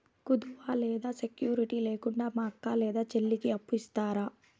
కుదువ లేదా సెక్యూరిటి లేకుండా మా అక్క లేదా చెల్లికి అప్పు ఇస్తారా?